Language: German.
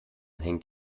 hängt